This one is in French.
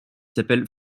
s’appelle